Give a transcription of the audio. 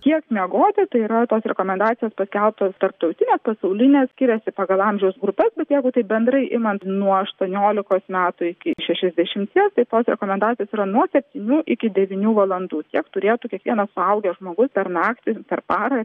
kiek miegoti tai yra tos rekomendacijos paskelbtos tarptautinės pasaulinės skiriasi pagal amžiaus grupes bet jeigu taip bendrai imant nuo aštuoniolikos metų iki šešiasdešimties taip pat rekomendacijos yra nuo septynių iki devynių valandų tiek turėtų kiekvienas suaugęs žmogus per naktį per parą